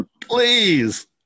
please